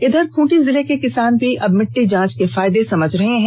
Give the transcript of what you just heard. इधर खूंटी जिले के किसान भी अब मिट्टी जांच के फायदे को समझ रहे हैं